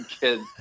kids